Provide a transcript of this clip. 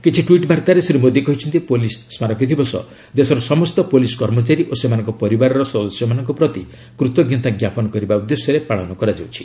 କିଛି ଟ୍ୱିଟ୍ ବାର୍ତ୍ତାରେ ଶ୍ରୀ ମୋଦୀ କହିଛନ୍ତି ପୋଲିସ ସ୍କାରକୀ ଦିବସ ଦେଶର ସମସ୍ତ ପୋଲିସ କର୍ମଚାରୀ ଓ ସେମାନଙ୍କ ପରିବାରର ସଦସ୍ୟମାନଙ୍କ ପ୍ରତି କୂତଜ୍ଞତା ଜ୍ଞାପନ କରିବା ଉଦ୍ଦେଶ୍ୟରେ ପାଳନ କରାଯାଉଛି